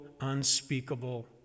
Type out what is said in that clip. unspeakable